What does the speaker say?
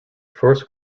first